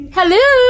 Hello